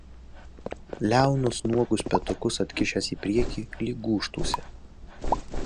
liaunus nuogus petukus atkišęs į priekį lyg gūžtųsi